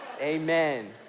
amen